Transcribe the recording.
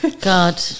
God